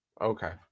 Okay